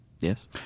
Yes